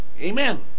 Amen